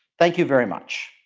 thank you very much.